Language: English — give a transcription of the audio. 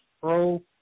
Pro